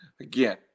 again